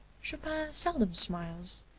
chopin seldom smiles,